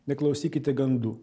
neklausykite gandų